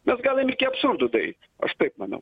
mes galim iki absurdo daei aš taip manau